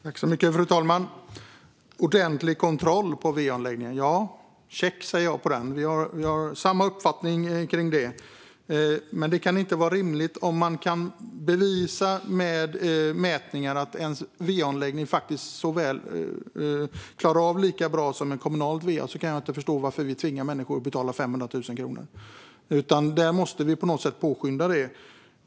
Fru talman! När det gäller ordentlig kontroll på va-anläggningar säger jag check. Vi har samma uppfattning om det. Men det kan inte vara rimligt om man kan bevisa med mätningar att ens va-anläggning klarar av det lika bra som ett kommunalt va att vi tvingar människor att betala 500 000 kronor. Det kan jag inte förstå. Vi måste på något sätt påskynda det.